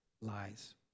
lies